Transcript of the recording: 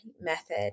method